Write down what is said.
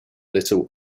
little